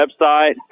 website